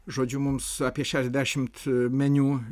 žodžiu mums apie šešiasdešimt meniu